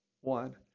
one